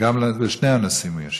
לשני הנושאים הוא ישיב.